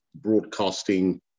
broadcasting